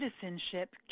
citizenship